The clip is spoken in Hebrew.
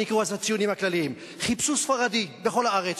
שנקראו אז "הציונים הכלליים"; חיפשו ספרדי בכל הארץ,